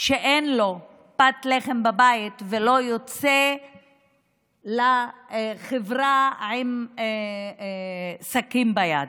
שאין לו פת לחם בבית ולא יוצא לחברה עם סכין ביד.